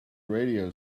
radio